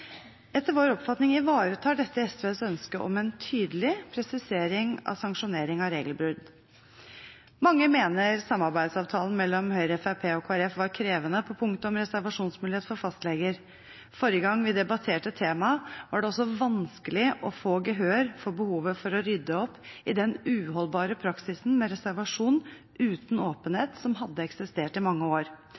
Etter vår oppfatning ivaretar dette SVs ønske om en tydelig presisering av sanksjonering av regelbrudd. Mange mener samarbeidsavtalen mellom Høyre, Fremskrittspartiet og Kristelig Folkeparti var krevende på punktet om reservasjonsmulighet for fastleger. Forrige gang vi debatterte temaet, var det også vanskelig å få gehør for behovet for å rydde opp i den uholdbare praksisen med reservasjon uten åpenhet som hadde eksistert i mange år.